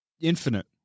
Infinite